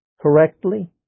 correctly